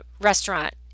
restaurant